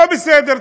לא בסדר.